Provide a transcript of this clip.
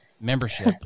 membership